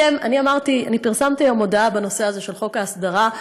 אני פרסמתי היום הודעה בנושא הזה של חוק ההסדרה,